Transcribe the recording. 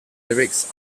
lyrics